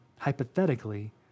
hypothetically